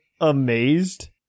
amazed